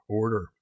order